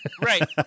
right